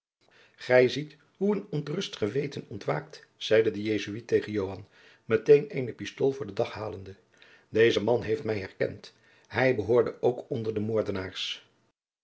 gij ziet hoe een ontrust geweten ontwaakt zeide de jesuit tegen joan meteen eene pistool voor den dag halende deze man heeft mij herkend hij behoorde ook onder de moordenaars